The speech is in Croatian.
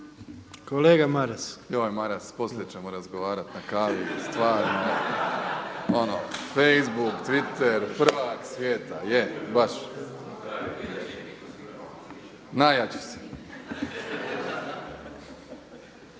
Kolega Maras./ … Joj Maras, poslije ćemo razgovarati na kavi, stvarno, ono, facebook, Twitter, prvak svijeta je baš. Najjači si.